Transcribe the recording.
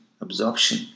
absorption